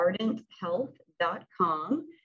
ardenthealth.com